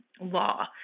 law